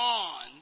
on